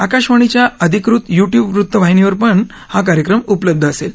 आकाशवाणीच्याअधिकृत YouTube वृत्तवाहिनीवर पण हा कार्यक्रम उपलब्ध असेल